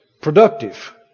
productive